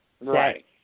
Right